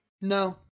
no